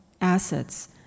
assets